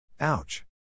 Ouch